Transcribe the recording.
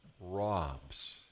robs